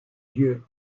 dieu